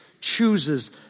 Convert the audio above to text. chooses